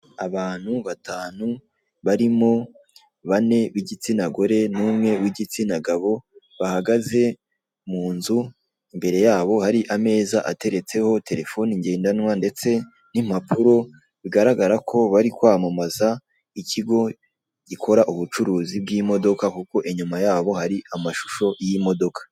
Abantu batanu barimo bane b'igitsina gore n'umwe w'igitsina gabo, bahagaze mu nzu, imbere yabo hari ameza ateretseho telefoni ngendanwa ndetse n'impapuro, bigaragara ko bari kwamamaza ikigo gikora ubucuruzi bw'imodoka kuko inyuma hari amashusho y'imodoka.